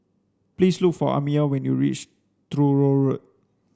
please look for Amiyah when you reach Truro Road